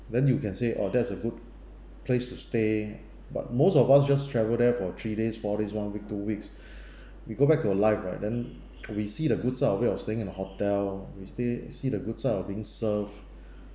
then you can say oh that is a good place to stay but most of us just travel there three days four days one week two weeks we go back to our lives right then we see the good side of it of staying in the hotel we stay see the good side of being served